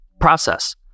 Process